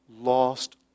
lost